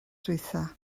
ddiwethaf